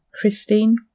christine